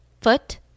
foot